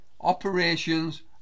operations